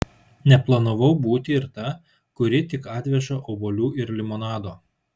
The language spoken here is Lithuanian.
neplanavau būti ir ta kuri tik atveža obuolių ir limonado